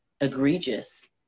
egregious